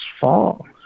fall